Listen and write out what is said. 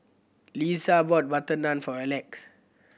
Liza bought butter naan for Alex